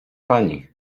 pani